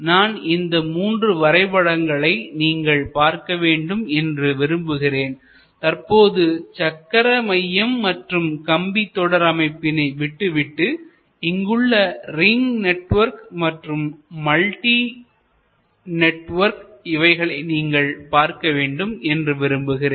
நான் இந்த மூன்று வரைபடங்களை நீங்கள் பார்க்க வேண்டும் என்று விரும்புகிறேன்தற்போது சக்கர மையம் மற்றும் கம்பி தொடர் அமைப்பினை விட்டுவிட்டு இங்குள்ள ரிங் நெட்வொர்க் மற்றும் மல்டி நெட்வொர்க் இவைகளை நீங்கள் பார்க்க வேண்டும் என்று விரும்புகிறேன்